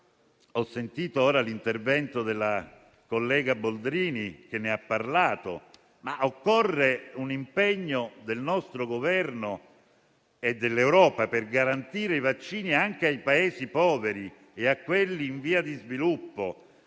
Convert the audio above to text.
ho sentito dire ora nell'intervento della collega Boldrini, che ne ha parlato, occorre un impegno del nostro Governo e dell'Europa per garantire i vaccini anche ai Paesi poveri e a quelli in via di sviluppo.